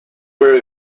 were